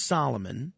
Solomon